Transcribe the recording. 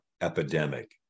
epidemic